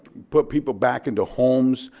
put people back into homes.